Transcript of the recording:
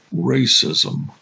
racism